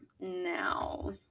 now